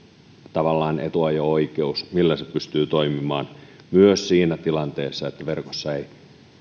tavallaan etuajo oikeus millä se pystyy toimimaan myös siinä tilanteessa että verkossa ei